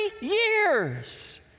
years